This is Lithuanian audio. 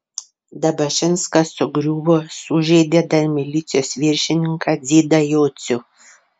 dabašinskas sugriuvo sužeidė dar milicijos viršininką dzidą jocių